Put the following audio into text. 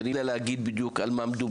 כי אני לא יודע להגיד בדיוק על מה מדובר,